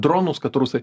dronus kad rusai